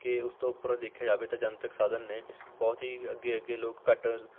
ਕਿ ਉਸ ਤੋਂ ਉੱਪਰ ਦੇਖਿਆ ਜਾਵੇਂ ਤਾਂ ਜਨਤਕ ਸਾਧਨ ਨੇ ਬਹੁਤ ਹੀ ਅੱਗੇ ਅੱਗੇ ਲੋਕ ਘੱਟ